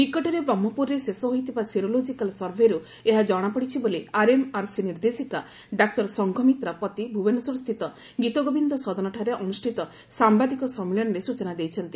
ନିକଟରେ ବ୍ରହ୍କପୁରରେ ଶେଷ ହୋଇଥିବା ସେରୋଲୋଜିକାଲ୍ ସଭେରୁ ଏହା ଜଣାପଡ଼ିଛି ବୋଲି ଆର୍ଏମ୍ଆର୍ସି ନିର୍ଦ୍ଦେଶିକା ଡାକ୍ତର ସଂଘମିତ୍ରା ପତି ଭୁବନେଶ୍ୱରସ୍ଥିତ ଗୀତଗୋବିନ୍ଦ ସଦନଠାରେ ଅନୁଷ୍ଷିତ ସାମ୍ବାଦିକ ସମ୍ମିଳନୀରେ ସୂଚନା ଦେଇଛନ୍ତି